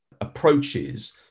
approaches